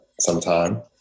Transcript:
sometime